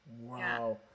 Wow